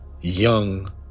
young